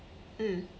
mm